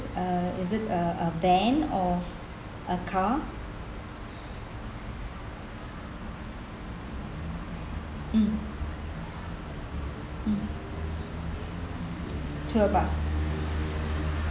uh is it uh a van or a car hmm hmm tour bus